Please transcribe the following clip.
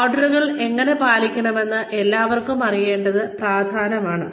ഓർഡറുകൾ എങ്ങനെ പാലിക്കണമെന്ന് എല്ലാവർക്കും അറിയേണ്ടത് പ്രധാനമാണ്